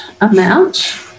amount